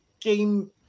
game